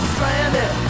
Stranded